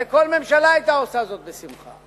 הרי כל ממשלה היתה עושה זאת בשמחה.